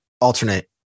Alternate